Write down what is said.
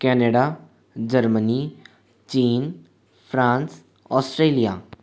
Canada Germany China France Australia